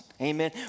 Amen